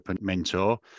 mentor